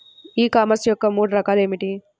E commerce యొక్క మూడు రకాలు ఏమిటి?